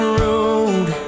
road